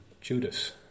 Judas